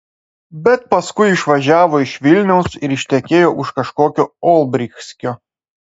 bet paskui išvažiavo iš vilniaus ir ištekėjo už kažkokio olbrychskio